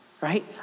right